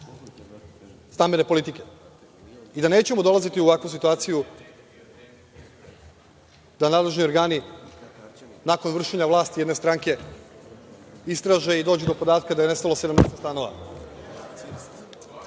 stambene politike i da nećemo dolaziti u ovakvu situaciju da nadležni organi, nakon vršenja vlasti jedne stranke, istraže i dođu do podatka da je nestalo 70 stanova. Kada